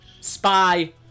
Spy